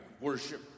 Worship